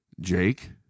Jake